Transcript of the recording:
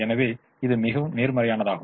எனவே இது மிகவும் நேர்மறையானதாகும்